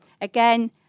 Again